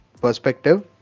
perspective